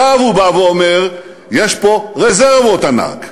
עכשיו הוא בא ואומר: יש פה רזרבות ענק.